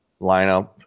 lineup